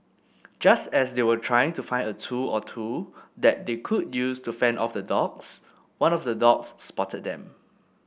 just as they were trying to find a tool or two that they could use to fend off the dogs one of the dogs spotted them